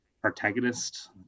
protagonist